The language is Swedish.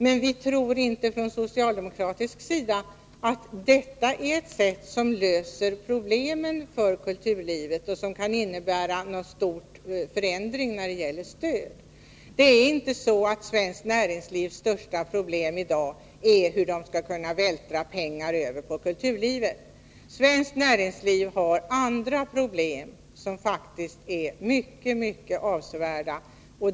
Men vi tror inte från socialdemokratisk sida att detta är något som löser problemen för kulturlivet och som kan innebära någon stor förändring vad gäller stöd. Svenskt näringslivs största problem i dag är inte hur man skall vältra över pengar på kulturlivet. Svenskt näringsliv har andra problem, som är mycket avsevärda.